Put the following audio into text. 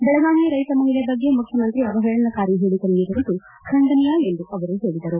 ಬೆಳಗಾವಿಯ ರೈತ ಮಹಿಳೆ ಬಗ್ಗೆ ಮುಖ್ಯಮಂತ್ರಿ ಅವಹೇಳನಕಾರಿ ಹೇಳಿಕೆ ನೀಡಿರುವುದು ಖಂಡನೀಯ ಎಂದು ಅವರು ಹೇಳಿದರು